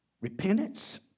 repentance